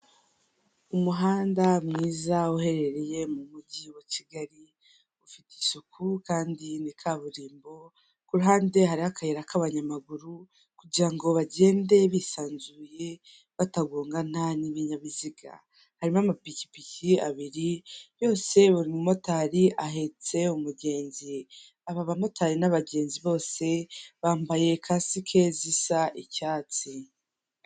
Umuhanda mwiza uherereye mu mujyi wa Kigali, ufite isuku kandi ni kaburimbo, ku ruhande hariho akayira k'abanyamaguru kugira ngo bagende bisanzuye batagongana n'ibinyabiziga, harimo amapikipiki abiri yose buri mumotari ahetse umugenzi, aba bamotari n'abagenzi bose bambaye kasike zisa icyatsi.